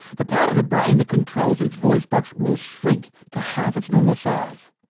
the part of the brain that controls its voice box will shrink to half its normal size.